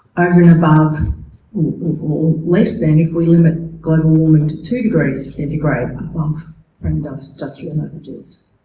over and above or less than, if we limit global warming to two degrees centigrade above pre-industrial averages.